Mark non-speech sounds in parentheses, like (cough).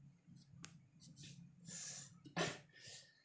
(coughs)